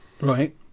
right